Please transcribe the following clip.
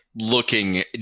looking